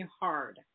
hard